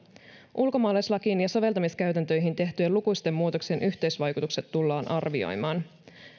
ulkomaalaislakiin ja soveltamiskäytäntöihin tehtyjen lukuisten muutosten yhteisvaikutukset tullaan arvioimaan